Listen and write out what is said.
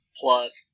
plus